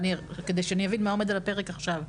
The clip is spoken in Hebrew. כדי שאני אבין מה עומד על הפרק עכשיו.